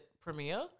premiere